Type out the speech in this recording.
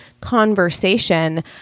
conversation